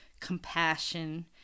compassion